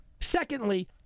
Secondly